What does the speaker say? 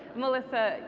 melissa,